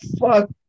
Fuck